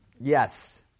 Yes